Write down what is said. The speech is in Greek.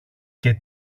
και